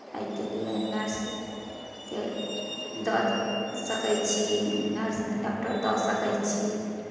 एहिके लिए नर्सकेँ दऽ सकै छी नर्स डॉक्टर दऽ सकै छी